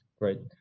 Great